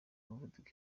umuvuduko